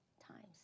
times